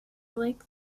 like